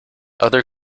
other